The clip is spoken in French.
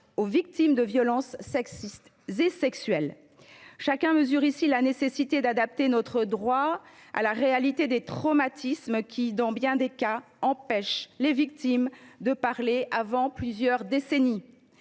aux victimes de violences sexistes et sexuelles. Chacun mesure la nécessité d’adapter notre droit à la réalité des traumatismes, qui, dans bien des cas, empêchent les victimes de parler avant plusieurs décennies.